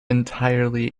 entirely